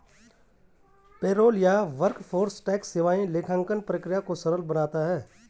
payroll या workforce tax सेवाएं लेखांकन प्रक्रिया को सरल बनाता है